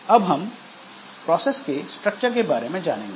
अब हम प्रोसेस के स्ट्रक्चर के बारे में जानेंगे